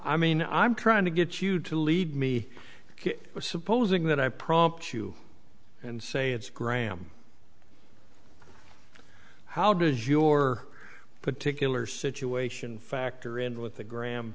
i mean i'm trying to get you to lead me supposing that i prompt you and say it's graham how does your particular situation factor in with the gra